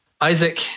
Isaac